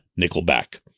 nickelback